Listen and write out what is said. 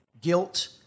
guilt